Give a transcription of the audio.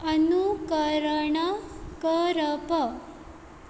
अनुकरण करप